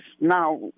Now